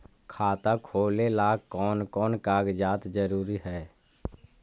खाता खोलें ला कोन कोन कागजात जरूरी है?